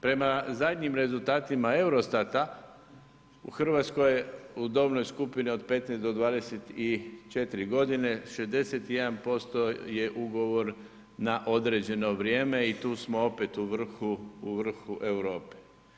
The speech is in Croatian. Prema zadnjim rezultatima EUROSTAT-a u Hrvatskoj, u dobnoj skupini od 15 do 24 godine, 61% je ugovor na određeno vrijeme i tu smo opet u vrhu Europe.